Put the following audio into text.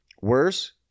worse